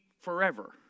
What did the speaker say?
forever